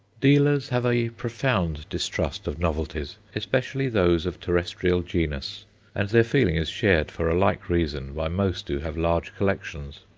dealers have a profound distrust of novelties, especially those of terrestrial genus and their feeling is shared, for a like reason, by most who have large collections.